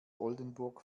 oldenburg